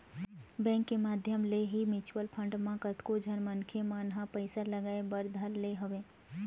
bank के माधियम ले ही म्यूचुवल फंड म कतको झन मनखे मन ह पइसा लगाय बर धर ले हवय